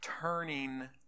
turning